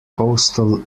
coastal